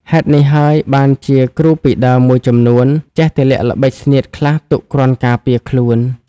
ហេតុនេះហើយបានជាគ្រូពីដើមមួយចំនួន ចេះតែលាក់ល្បិចស្នៀតខ្លះទុកគ្រាន់ការពារខ្លួន ។